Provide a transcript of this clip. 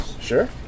Sure